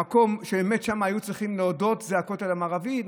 המקום שבאמת שם היו צריכים להודות זה הכותל המערבי.